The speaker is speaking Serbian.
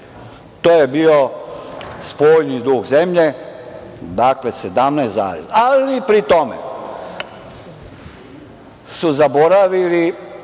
to je bio spoljni dug zemlje. Dakle, 17 zarez, ali pri tome su zaboravili